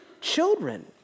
children